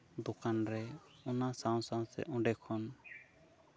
ᱫᱚᱠᱟᱱ ᱨᱮ ᱚᱱᱟ ᱥᱟᱶ ᱥᱟᱶᱛᱮ ᱚᱸᱰᱮ ᱠᱷᱚᱱ